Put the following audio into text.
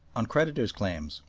on creditors' claims,